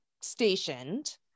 stationed